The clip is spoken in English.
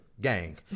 gang